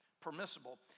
Permissible